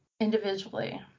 individually